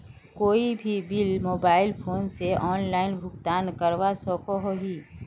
कोई भी bill mobile phone से ऑनलाइन भुगतान करवा सकोहो ही?